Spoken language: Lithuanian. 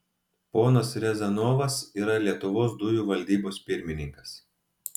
ponas riazanovas yra lietuvos dujų valdybos pirmininkas